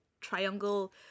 triangle